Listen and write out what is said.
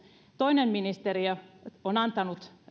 toinen ministeri on antanut